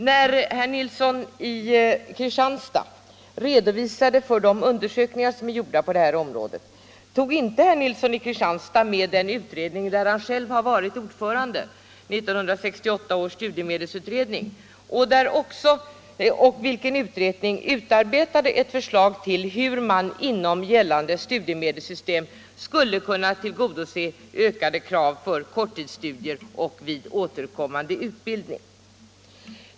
När herr Nilsson i Kristianstad redovisade de undersökningar som gjorts på detta område tog han inte med den utredning där han själv har varit ordförande, 1968 års studiemedelsutredning, vilken utredning utarbetade ett förslag till hur man inom gällande studiemedelssystem skulle kunna tillgodose ökade krav för korttidsstudier och vid återkommande utbildning.